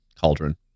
Cauldron